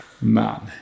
Man